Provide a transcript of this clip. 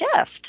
shift